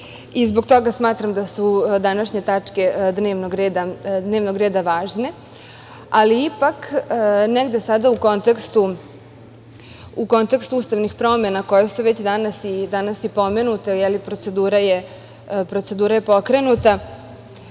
i zbog toga smatram da su današnje tačke dnevnog reda važne, ali ipak negde sada u kontekstu ustavnih promena koje su već danas pomenute, procedura je pokrenuta,